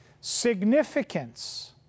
significance